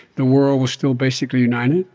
the world was still basically united.